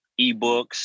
ebooks